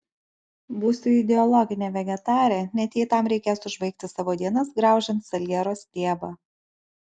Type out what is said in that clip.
būsiu ideologinė vegetarė net jei tam reikės užbaigti savo dienas graužiant saliero stiebą